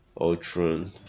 Ultron